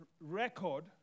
record